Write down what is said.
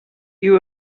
you